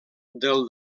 del